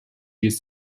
use